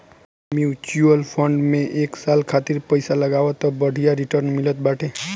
mutual fund में एक साल खातिर पईसा लगावअ तअ बढ़िया रिटर्न मिलत बाटे